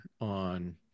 on